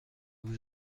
vous